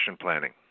planning